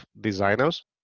designers